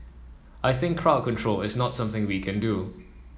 I think crowd control is not something we can do